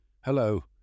Hello